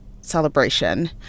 celebration